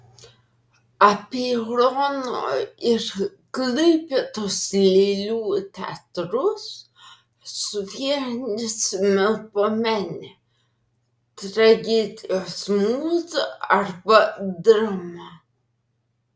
apeirono ir klaipėdos lėlių teatrus suvienys melpomenė tragedijos mūza arba drama